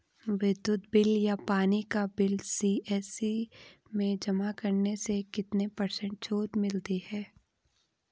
विद्युत बिल या पानी का बिल सी.एस.सी में जमा करने से कितने पर्सेंट छूट मिलती है?